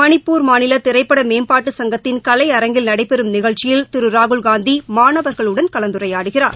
மணிப்பூர் ப்பு மாநிலதிரைப்படமேம்பாட்டு சங்கத்தின் கலைஅரங்கில் நடைபெறும் நிகழ்ச்சியில் திருராகுல்காந்திமாணவர்களுடன் உரையாடுகிறார்